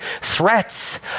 threats